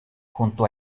junto